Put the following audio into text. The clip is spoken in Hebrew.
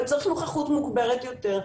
אבל צריך נוכחות מוגברת יותר,